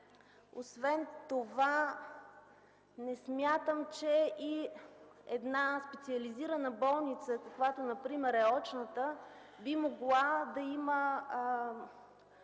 Освен това, не смятам, че една специализирана болница, каквато например е Очната болница, би могла да има